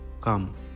come